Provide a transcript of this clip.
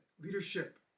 Leadership